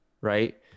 right